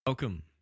Welcome